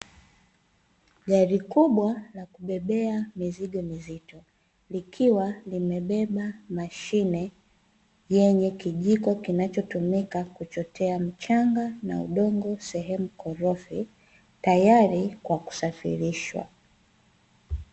Gari kubwa la kubebea mizigo mizito, likiwa limebeba mashine yenye kijiko kinachotumika kuchote mchanga na udongo, sehemu korofi tayari kwa kusafirishwa.